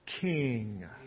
King